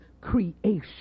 creation